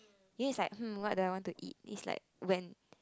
then is like hmm what do I want to eat is like when